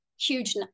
huge